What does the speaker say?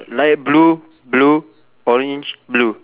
light blue blue orange blue